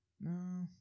No